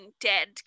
dead